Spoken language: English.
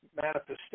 manifestation